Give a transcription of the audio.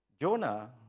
Jonah